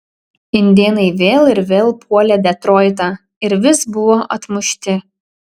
indėnai vėl ir vėl puolė detroitą ir vis buvo atmušti